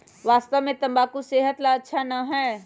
वास्तव में तंबाकू सेहत ला अच्छा ना है